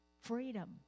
Freedom